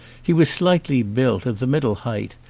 he was slightly built, of the middle height,